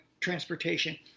transportation